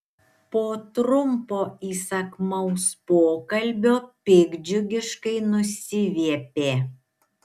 po trumpo įsakmaus pokalbio piktdžiugiškai nusiviepė